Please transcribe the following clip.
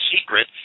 secret